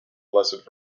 blessed